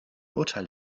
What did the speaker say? urteil